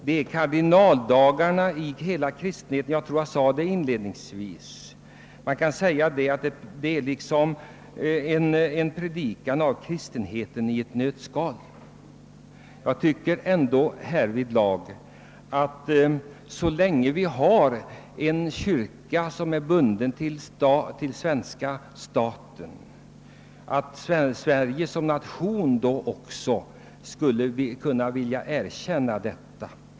Dessa är kardinaldagarna i hela kristenheten, en predikan om kristenheten och dess sanningar. Jag tycker ändå att, så länge vi har en kyrka som är bunden till svenska staten, Sverige som nation också borde erkänna detta.